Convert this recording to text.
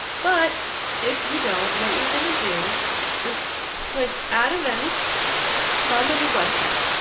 but if you don't, what you're going to do is click at events from a new website